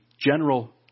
general